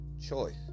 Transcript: choice